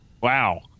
Wow